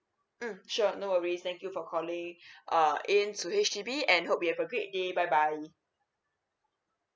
mm sure no worries thank you for calling err in to H_D_B and hope you have a great day bye bye